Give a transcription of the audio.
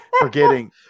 forgetting